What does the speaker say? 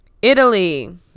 italy